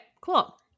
cool